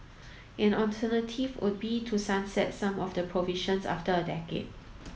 an alternative would be to sunset some of the provisions after a decade